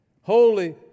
holy